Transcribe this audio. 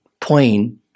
plain